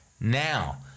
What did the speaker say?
now